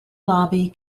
lobby